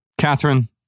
Catherine